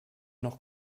noch